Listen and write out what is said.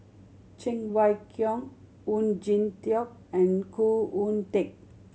Cheng Wai Keung Oon Jin Teik and Khoo Oon Teik